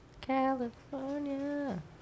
California